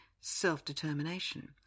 self-determination